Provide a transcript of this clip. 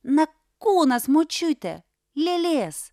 na kūnas močiute lėlės